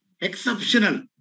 exceptional